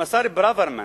אם השר ברוורמן